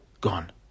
gone